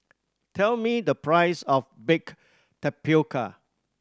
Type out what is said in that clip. tell me the price of baked tapioca